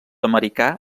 americà